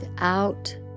out